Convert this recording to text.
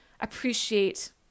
appreciate